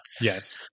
Yes